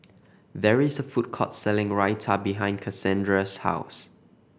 there is a food court selling Raita behind Casandra's house